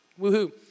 Woohoo